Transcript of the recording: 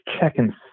checking